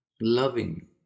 loving